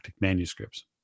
manuscripts